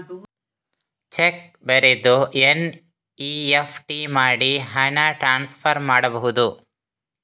Check ಬರೆದು NEFT ಮಾಡಿ ಹಣ ಟ್ರಾನ್ಸ್ಫರ್ ಮಾಡಬಹುದು?